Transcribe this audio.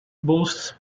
boasts